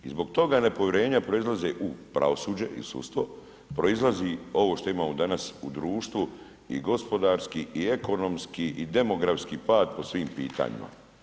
I zbog toga nepovjerenja proizlaze u pravosuđe ili sudstvo, proizlazi ovo što imamo danas u društvu i gospodarski i ekonomski i demografski pad po svim pitanjima.